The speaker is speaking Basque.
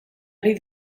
ari